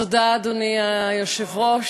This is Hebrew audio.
אדוני היושב-ראש,